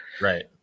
right